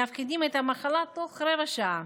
מאבחנים את המחלה תוך רבע שעה.